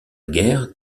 guerre